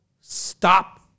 Stop